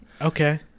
Okay